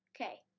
Okay